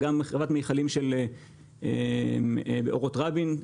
וגם חוות מיכלים של תחנת הכוח באורון רבין,